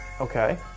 Okay